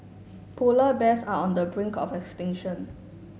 polar bears are on the brink of extinction